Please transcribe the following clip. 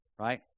Right